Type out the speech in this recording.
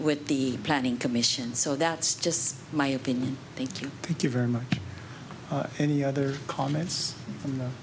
with the planning commission so that's just my opinion thank you thank you very much any other comments from the